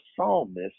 psalmist